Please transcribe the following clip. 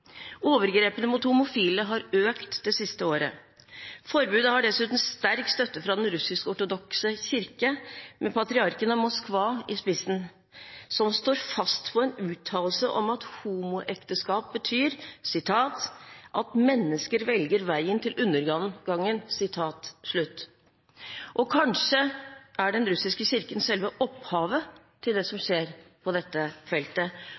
Overgrepene mot homofile har økt det siste året. Forbudet har dessuten sterk støtte fra den russisk-ortodokse kirke, med patriarken av Moskva i spissen, som står fast på en uttalelse om at homoekteskap betyr at «mennesker velger veien til undergangen». Kanskje er den russiske kirken selve opphavet til det som skjer på dette feltet,